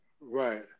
Right